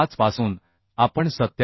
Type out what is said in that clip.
5 पासून आपण 87